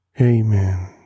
Amen